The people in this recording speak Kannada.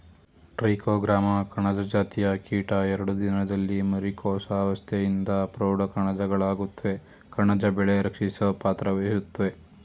ಟ್ರೈಕೋಗ್ರಾಮ ಕಣಜ ಜಾತಿಯ ಕೀಟ ಎರಡು ದಿನದಲ್ಲಿ ಮರಿ ಕೋಶಾವಸ್ತೆಯಿಂದ ಪ್ರೌಢ ಕಣಜಗಳಾಗುತ್ವೆ ಕಣಜ ಬೆಳೆ ರಕ್ಷಿಸೊ ಪಾತ್ರವಹಿಸ್ತವೇ